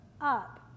up